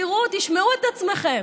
תראו, תשמעו את עצמכם: